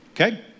Okay